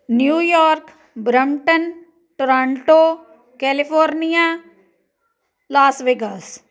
New York Brampton Toronto California Las Vegas